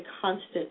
constant